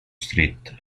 street